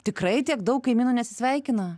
tikrai tiek daug kaimynų nesisveikina